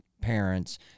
parents